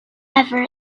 ever